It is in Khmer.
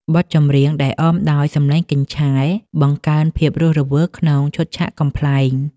បទចម្រៀងដែលអមដោយសំឡេងកញ្ឆែ បង្កើនភាពរស់រវើកក្នុងឈុតឆាកកំប្លែង។